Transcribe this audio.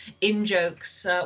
in-jokes